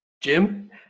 jim